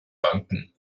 banken